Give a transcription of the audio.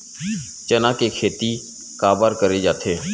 चना के खेती काबर करे जाथे?